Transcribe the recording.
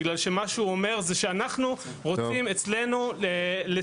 בגלל שמה שהוא אומר זה שאנחנו רוצים אצלנו לסנן,